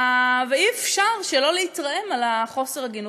ואי-אפשר שלא להתרעם על חוסר ההגינות.